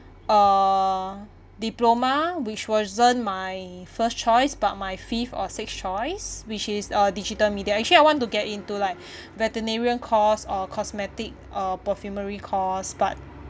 uh diploma which wasn't my first choice but my fifth or sixth choice which is uh digital media actually I want to get into like veterinarian course or cosmetic uh perfumery course but